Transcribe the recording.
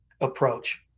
approach